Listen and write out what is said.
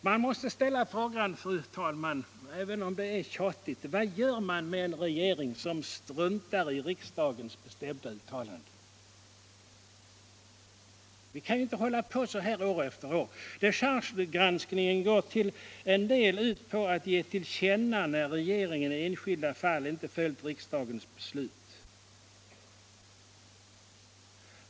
Jag måste då ställa frågan, fru talman, även om jag nu verkar tjatig: Vad gör man med en regering som struntar i riksdagens bestämda uttalanden? Vi kan ju inte hålla på så här år efter år. Dechargegranskningen går till en del ut på att ge till känna när regeringen i enskilda fall inte har följt riksdagens beslut.